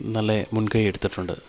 നല്ല മുൻകൈ എടുത്തിട്ടുണ്ട്